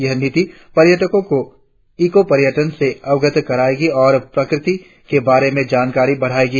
यह नीति पर्यटकों को इको पर्यटन से अवगत कराएगी और प्रकृति के बारे में जानकारी बढ़ाएगी